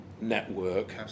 network